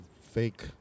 fake